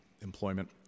employment